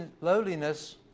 Lowliness